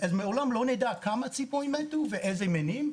אז מעולם לא נדע כמה ציפורים מתו ואיזה מינים.